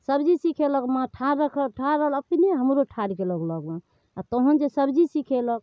सब्जी सिखेलक माँ ठाढ़ ठाढ़ भेल अपनो हमरो ठाढ़ केलक लगमे आओर तहन जे सब्जी सिखेलक